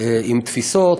עם תפיסות,